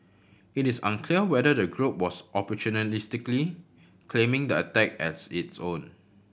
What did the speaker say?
it is unclear whether the group was opportunistically claiming the attack as its own